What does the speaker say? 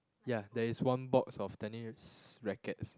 ya there is one box of tennis rackets